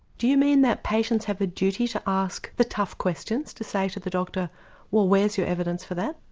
do you mean that patients have a duty to ask the tough questions, to say to the doctor well where's your evidence for that?